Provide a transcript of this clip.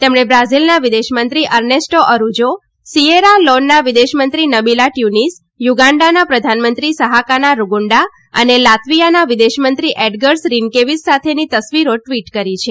તેમમે બ્રાઝીલના વિદેશમંત્રી Ernesto Araujo Sierra લોનના વિદેશમંત્રી નબીલા ટ્યુનીસ યુગાંડાના પ્રધાનમંત્રી સહાકાના રૂગુંડા અને લાત્વીયાના વિદેશમંત્રી એડગર્સ રીનકેવીસ સાથેની તસવીરો ટ્વિટ કરી છે